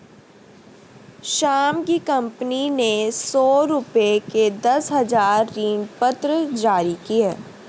श्याम की कंपनी ने सौ रुपये के दस हजार ऋणपत्र जारी किए